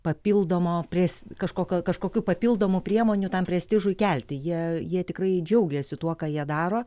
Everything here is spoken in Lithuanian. papildomo pres kažkokio kažkokių papildomų priemonių tam prestižui kelti jie jie tikrai džiaugiasi tuo ką jie daro